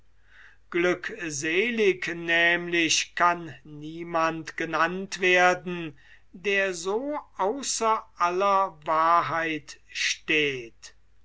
glückselig nämlich kann niemand genannt werden der so außer aller wahrheit steht